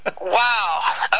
Wow